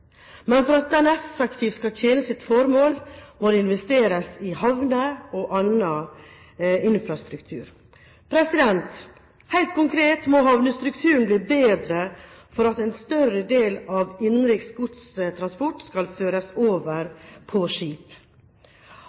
Men for at den effektivt skal tjene sitt formål, må det investeres i havner og annen infrastruktur. Helt konkret må havnestrukturen bli bedre for at en større del av innenriks godstransport skal føres over på skip.